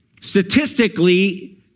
statistically